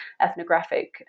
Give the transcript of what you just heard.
ethnographic